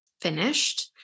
finished